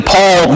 Paul